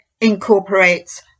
incorporates